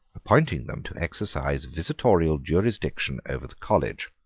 appointing them to exercise visitatorial jurisdiction over the college.